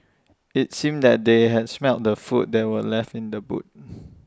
IT seemed that they had smelt the food that were left in the boot